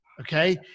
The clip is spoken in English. Okay